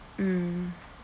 mm